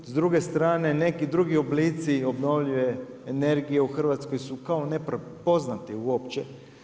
S druge strane neki drugi oblici obnovljive energije u Hrvatskoj su kao neprepoznati uopće.